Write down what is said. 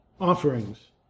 offerings